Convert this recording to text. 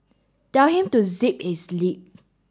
tell him to zip his lip